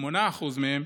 8% מהם,